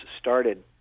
started